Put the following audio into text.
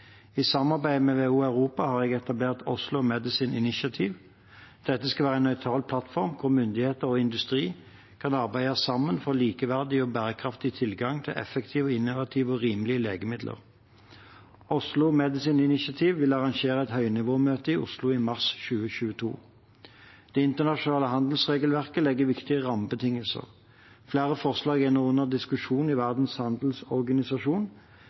I samarbeid med WHO Europa har jeg etablert Oslo Medicines Initiative. Dette skal være en nøytral plattform hvor myndigheter og industri kan arbeide sammen for likeverdig og bærekraftig tilgang til effektive, innovative og rimelige legemidler. Oslo Medicines Initiative vil arrangere et høynivåmøte i Oslo i mars 2022. Det internasjonale handelsregelverket legger viktige rammebetingelser. Flere forslag er nå under diskusjon i Verdens handelsorganisasjon,